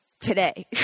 Today